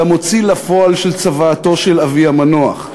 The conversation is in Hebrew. למוציא לפועל של צוואתו של אבי המנוח.